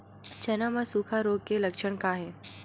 चना म सुखा रोग के लक्षण का हे?